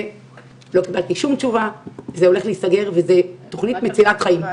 ולא קיבלתי שום תשובה וזה הולך להיסגר וזו תכנית מצילת חיים.